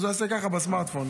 הוא יעשה ככה בסמארטפון.